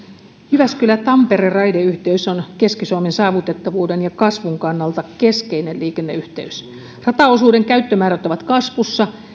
jyväskylä tampere raideyhteys on keski suomen saavutettavuuden ja kasvun kannalta keskeinen liikenneyhteys rataosuuden käyttömäärät ovat kasvussa